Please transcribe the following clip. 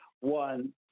one